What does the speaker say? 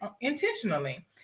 intentionally